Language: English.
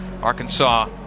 Arkansas